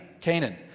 Canaan